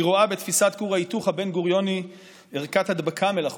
היא רואה בתפיסת כור ההיתוך הבן-גוריוני ערכת הדבקה מלאכותית.